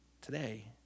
today